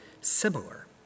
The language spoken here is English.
similar